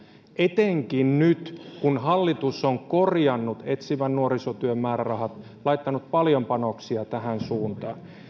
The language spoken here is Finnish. etenkin nyt kun hallitus on korjannut etsivän nuorisotyön määrärahat laittanut paljon panoksia tähän suuntaan